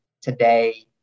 today